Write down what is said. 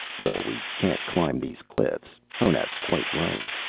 well, we can't climb these cliffs. honath's quite right,